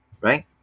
right